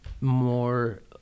more